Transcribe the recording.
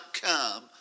come